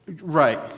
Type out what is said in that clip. Right